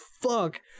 fuck